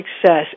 Success